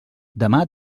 demà